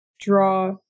draw